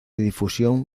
difusión